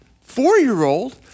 four-year-old